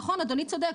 נכון, אדוני צודק.